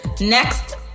Next